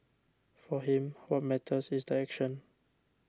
for him what matters is the action